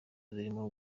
zirimo